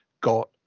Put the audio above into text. got